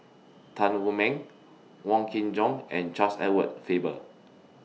Tan Wu Meng Wong Kin Jong and Charles Edward Faber